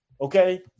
okay